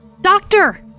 Doctor